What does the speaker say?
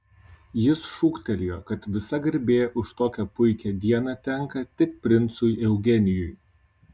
jis šūktelėjo kad visa garbė už tokią puikią dieną tenka tik princui eugenijui